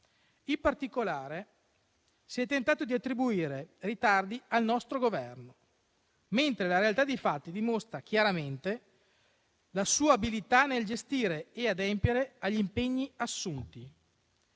In particolare, si è tentato di attribuire ritardi al nostro Governo, mentre la realtà dei fatti dimostra chiaramente la sua abilità nel gestire e adempiere agli impegni assunti.